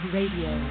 Radio